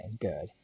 good